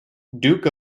duke